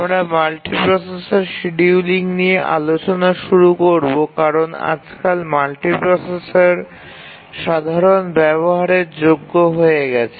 আমরা multiprocessor scheduling নিয়ে আলোচনা শুরু করবো কারণ আজকাল মাল্টিপ্রসেসর সাধারণ ব্যাবহারের যোগ্য হয়ে গেছে